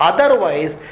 Otherwise